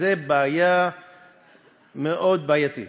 זו בעיה מאוד בעייתית.